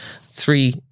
Three